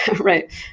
right